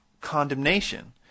condemnation